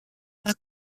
pas